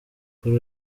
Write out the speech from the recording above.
kuri